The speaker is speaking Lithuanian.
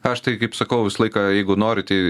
aš tai kaip sakau visą laiką jeigu norit į